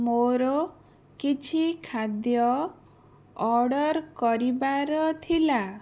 ମୋର କିଛି ଖାଦ୍ୟ ଅର୍ଡ଼ର କରିବାର ଥିଲା